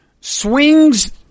swings